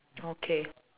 okay